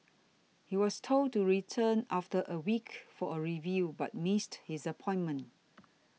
he was told to return after a week for a review but missed his appointment